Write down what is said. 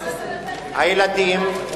הילדים.